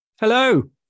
Hello